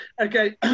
Okay